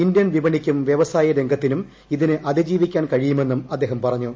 Indian വിപണിയ്ക്കും വൃവസായരംഗത്തിനും ഇതിനെ അതിജീവിക്കാൻ കഴിയുമെന്നും അദ്ദേഹം പറഞ്ഞു